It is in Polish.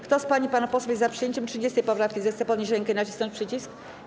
Kto z pań i panów posłów jest za przyjęciem 30. poprawki, zechce podnieść rękę i nacisnąć przycisk.